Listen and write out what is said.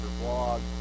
blog